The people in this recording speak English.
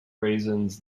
reasons